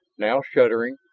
now shuttering,